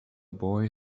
boy